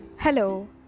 Hello